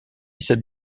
cette